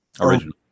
original